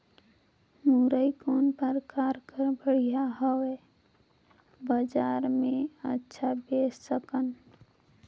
मुरई कौन प्रकार कर बढ़िया हवय? बजार मे अच्छा बेच सकन